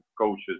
coaches